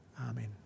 Amen